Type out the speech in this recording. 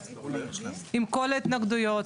עם כל ההתנגדויות,